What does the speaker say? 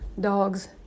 dogs